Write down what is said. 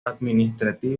administrativo